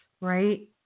right